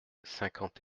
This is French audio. cinquante